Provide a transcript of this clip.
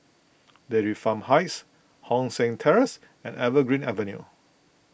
Dairy Farm Heights Hong San Terrace and Evergreen Avenue